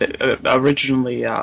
originally